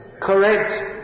correct